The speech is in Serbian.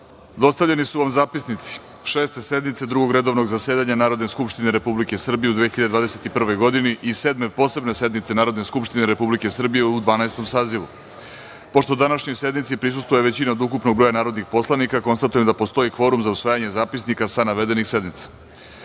radom. Dostavljeni su vam zapisnici Šeste sednice Drugog redovnog zasedanja Narodne skupštine Republike Srbije u 2021. godini i Sedme posebne sednice Narodne skupštine Republike Srbije u Dvanaestom sazivu. Pošto današnjoj sednici prisustvuje većina od ukupnog broja narodnih poslanika, konstatujem da postoji kvorum za usvajanje zapisnika sa navedenih